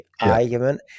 argument